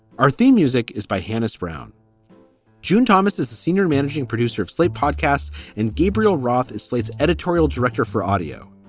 our theme music is by hani's brown june thomas is the senior managing producer of slate podcasts and gabriel roth is slate's editorial director for audio.